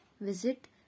visit